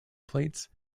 plates